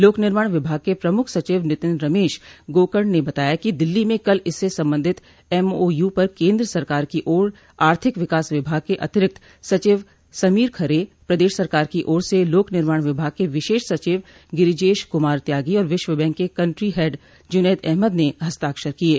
लोक निर्माण विभाग के प्रमुख सचिव नितिन रमेश गोकर्ण ने बताया कि दिल्ली में कल इससे संबंधित एमओ यू पर केन्द्र सरकार की ओर आर्थिक विकास विभाग के अतिरिक्त सचिव समीर खरे प्रदेश सरकार की ओर से लोक निर्माण विभाग के विशेष सचिव गिरिजेश कुमार त्यागी और विश्व बैंक के कंट्री हेड जुनैद अहमद ने हस्ताक्षर किये